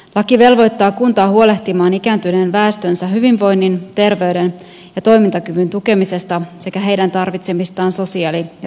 laki velvoittaa kuntaa huolehtimaan ikääntyneen väestönsä hyvinvoinnin terveyden ja toimintakyvyn tukemisesta sekä heidän tarvitsemistaan sosiaali ja terveyspalveluista